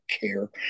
care